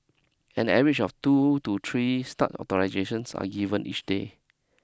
an average of two to three start authorisations are given each day